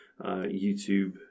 YouTube